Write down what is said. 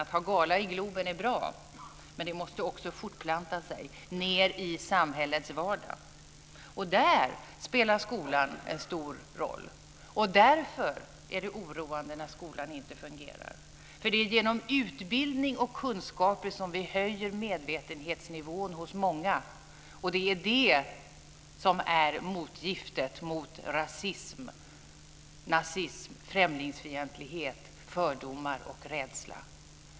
Att ha gala i Globen är bra, men detta måste också fortplanta sig ned i samhällets vardag. Och där spelar skolan en stor roll. Därför är det oroande när skolan inte fungerar. Det är nämligen genom utbildning och kunskaper som vi höjer medvetenhetsnivån hos många. Och det är det som är motgiftet mot rasism, nazism, främlingsfientlighet, fördomar och rädsla.